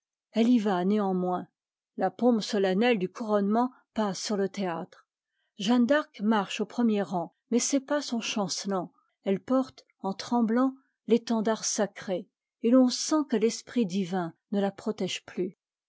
y va néanmoins la pompe solennelle du couronnement passe sur le théâtre jeanne d'arc marche au premier rang mais ses pas sont chancelants ellc porte en tremblant l'étendard sacré et l'on sent que l'esprit divin ne la protège plus